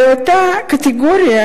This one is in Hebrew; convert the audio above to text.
באותה קטגוריה,